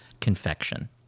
confection